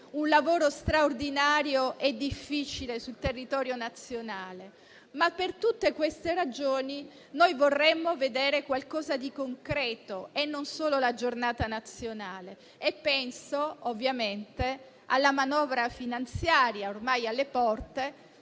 un lavoro straordinario e difficile sul territorio nazionale - per tutte queste ragioni, vorremmo vedere però qualcosa di concreto e non solo la Giornata nazionale. Penso, ovviamente, alla manovra finanziaria ormai alle porte,